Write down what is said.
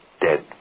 dead